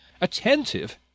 Attentive